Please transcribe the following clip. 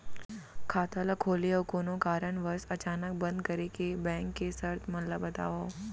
खाता ला खोले अऊ कोनो कारनवश अचानक बंद करे के, बैंक के शर्त मन ला बतावव